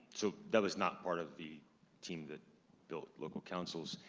so that was not part of the team that built local councils,